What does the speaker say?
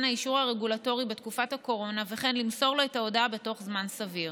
האישור הרגולטורי בתקופת הקורונה וכן למסור לו את ההודעה בתוך זמן סביר.